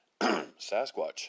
Sasquatch